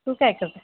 तू काय करत आहे